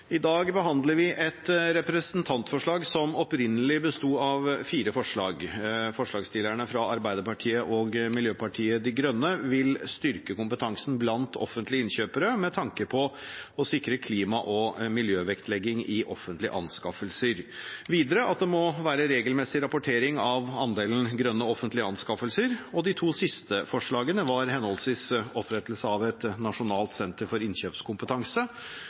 i god tradisjon. I dag behandler vi et representantforslag som opprinnelig besto av fire forslag. Forslagstillerne fra Arbeiderpartiet og Miljøpartiet De Grønne vil styrke kompetansen blant offentlige innkjøpere med tanke på å sikre klima- og miljøvektlegging i offentlige anskaffelser, videre at det må være regelmessig rapportering av andelen grønne offentlige anskaffelser. De to siste forslagene var henholdsvis opprettelse av et nasjonalt senter for innkjøpskompetanse,